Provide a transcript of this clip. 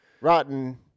Rotten